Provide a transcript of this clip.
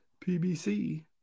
PBC